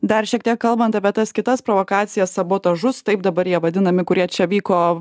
dar šiek tiek kalbant apie tas kitas provokacijas sabotažus taip dabar jie vadinami kurie čia vyko